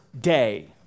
day